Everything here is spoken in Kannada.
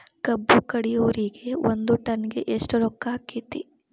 ಕಬ್ಬು ಕಡಿಯುವರಿಗೆ ಒಂದ್ ಟನ್ ಗೆ ಎಷ್ಟ್ ರೊಕ್ಕ ಆಕ್ಕೆತಿ?